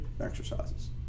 exercises